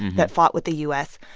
that fought with the u s.